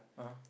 (uh huh)